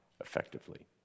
effectively